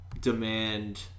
demand